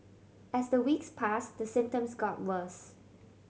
as the weeks pass the symptoms got worse